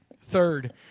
Third